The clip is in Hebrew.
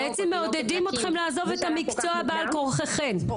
כך מוקדם --- בעצם מעודדים אתכם לעזוב את המקצוע בעל כורחכם.